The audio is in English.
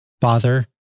Father